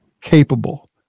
capable